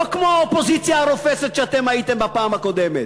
לא כמו האופוזיציה הרופסת שאתם הייתם בפעם הקודמת.